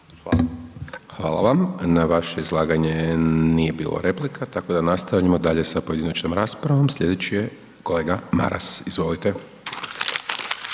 Hvala vam. Na vaše izlaganje nije bilo replika, tako da nastavljamo dalje sa pojedinačnom raspravu. Sljedeći je kolega Maras. Izvolite.